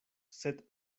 sed